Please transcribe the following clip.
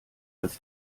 als